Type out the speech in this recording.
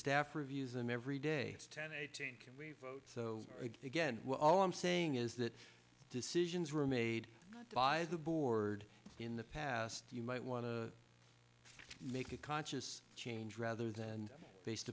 staff reviews them every day so again all i'm saying is that decisions were made by the board in the past you might want to make a conscious change rather than based